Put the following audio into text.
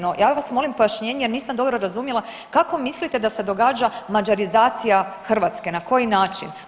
No ja vas molim pojašnjenje jer vas nisam dobro razumjela kako mislite da se događa mađarizacija Hrvatske, na koji način?